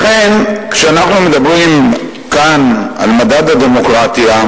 לכן, כשאנחנו מדברים כאן על מדד הדמוקרטיה,